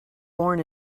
born